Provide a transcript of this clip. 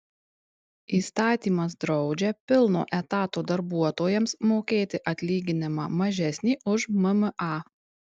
įstatymas draudžia pilno etato darbuotojams mokėti atlyginimą mažesnį už mma